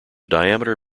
diameter